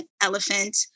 elephant